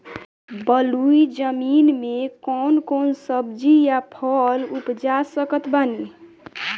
बलुई जमीन मे कौन कौन सब्जी या फल उपजा सकत बानी?